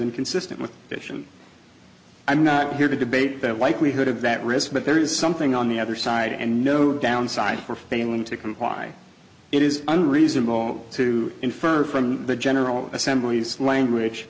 inconsistent with fission i'm not here to debate that likelihood of that risk but there is something on the other side and no downside for failing to comply it is unreasonable to infer from the general assembly language